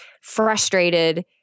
frustrated